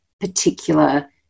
particular